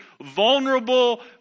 vulnerable